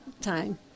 time